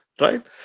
right